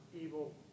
evil